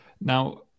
Now